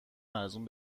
ارزون